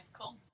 cool